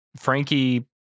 Frankie